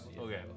Okay